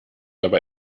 aber